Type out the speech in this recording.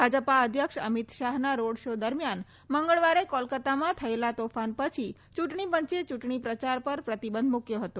ભાજપા અધ્યક્ષ અમિત શાહના road show દરમિયાન મંગળવારે કોલકતામાં થયેલા તોફાન પછી ચ્રંટણી પંચે ચ્રંટણી પ્રચાર પર પ્રતિબંધ મૂક્યો હતો